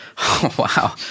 Wow